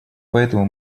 поэтому